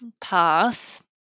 path